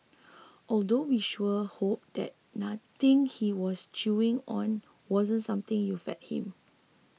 although we sure hope that nothing he was chewing on wasn't something you fed him